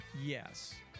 yes